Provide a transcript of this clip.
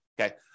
Okay